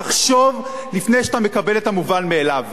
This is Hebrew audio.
תחשוב לפני שאתה מקבל את המובן מאליו.